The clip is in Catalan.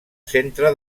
centre